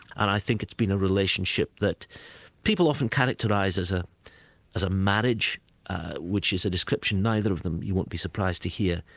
and i think it's been a relationship that people often characterise as as ah a marriage which is a description neither of them, you won't be surprised to hear,